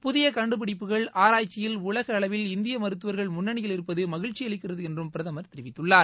புதிய கண்டுபிடிப்புகள் ஆராய்ச்சியில் உலக அளவில் இந்திய மருத்துவர்கள் முன்ணணியில் இருப்பது மகிழ்ச்சி அளிக்கிறது என்றும் பிரதமர் தெரிவித்துள்ளார்